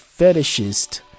fetishist